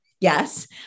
yes